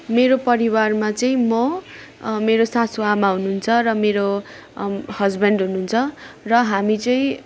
मेरो परिवारमा चाहिँ म मेरो सासु आमा हुनु हुन्छ र मेरो हसबेन्ड हुनु हुन्छ र हामी चाहिँ